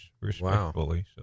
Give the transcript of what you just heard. respectfully